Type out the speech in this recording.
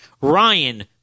Ryan